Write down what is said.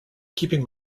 keeping